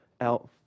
out